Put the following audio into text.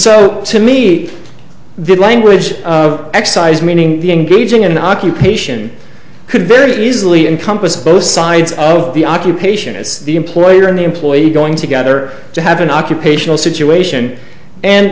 so to meet the language of excise meaning the engaging in occupation could very easily encompass both sides of the occupation as the employer and the employee going together to have an occupational situation and